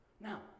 Now